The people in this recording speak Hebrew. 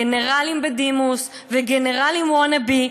גנרלים בדימוס וגנרלים wannabe,